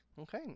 okay